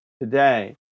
today